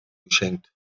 geschenkt